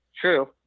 True